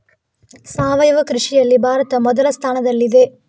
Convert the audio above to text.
ಸಾವಯವ ಕೃಷಿಯಲ್ಲಿ ಭಾರತ ಮೊದಲ ಸ್ಥಾನದಲ್ಲಿದೆ